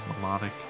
melodic